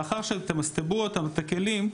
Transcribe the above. לאחר שתמסתבו את הכלים,